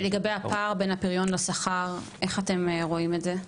לגבי הפער בין הפריון לשכר, איך אתם רואים את זה?